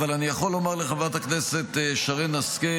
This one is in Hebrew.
אבל אני יכול לומר לחברת הכנסת שרן השכל